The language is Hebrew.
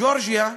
גאורגיה,